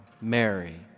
Mary